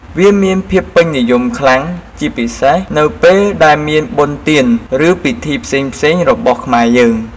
វាមានភាពពេញនិយមខ្លាំងជាពិសេសនៅពេលដែលមានបុណ្យទាន ឬពីធីផ្សេងៗរបស់ខ្មែរយើង។